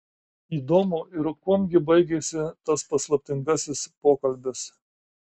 įdomu ir kuom gi baigėsi tas paslaptingasis pokalbis